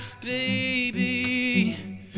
baby